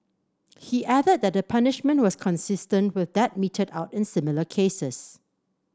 he added that the punishment was consistent with that meted out in similar cases